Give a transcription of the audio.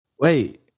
Wait